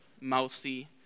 mousy